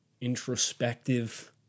introspective